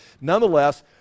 Nonetheless